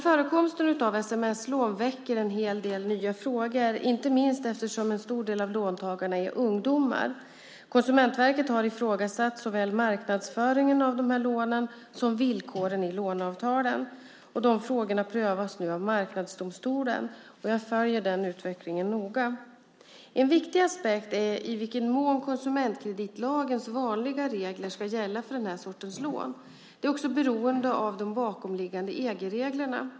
Förekomsten av sms-lån väcker en hel del nya frågor - inte minst eftersom en stor del av låntagarna är ungdomar. Konsumentverket har ifrågasatt såväl marknadsföringen av lånen som villkoren i låneavtalen. Dessa frågor prövas nu av Marknadsdomstolen. Jag följer utvecklingen noga. En viktig aspekt är i vad mån konsumentkreditlagens vanliga regler ska gälla för den här sortens lån. Detta är också beroende av de bakomliggande EG-reglerna.